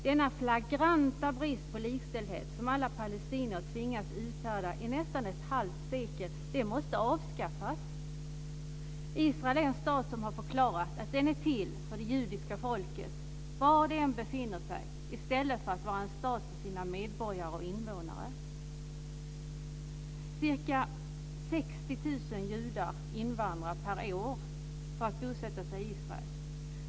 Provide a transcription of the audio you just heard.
Denna flagranta brist på likställdhet som alla palestinier tvingats uthärda i nästan ett halvt sekel måste avskaffas. Israel är en stat som har förklarat att den är till för det judiska folket var det än befinner sig i stället för att vara en stat för sina medborgare och invånare. Ca 60 000 judar invandrar varje år för att bosätta sig i Israel.